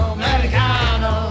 americano